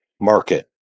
market